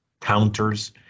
counters